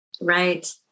Right